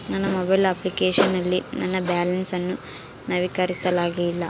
ನನ್ನ mobile application ನಲ್ಲಿ ನನ್ನ ಬ್ಯಾಲೆನ್ಸ್ ಅನ್ನು ನವೀಕರಿಸಲಾಗಿಲ್ಲ